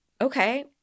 okay